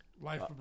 Life